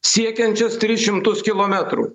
siekiančias tris šimtus kilometrų